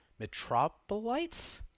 metropolites